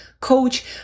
coach